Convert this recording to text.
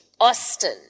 Austin